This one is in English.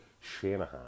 Shanahan